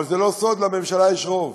אבל זה לא סוד שלממשלה יש רוב,